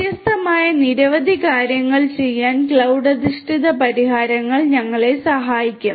വ്യത്യസ്തമായ നിരവധി കാര്യങ്ങൾ ചെയ്യാൻ ക്ലൌഡ് അധിഷ്ഠിത പരിഹാരങ്ങൾ ഞങ്ങളെ സഹായിക്കും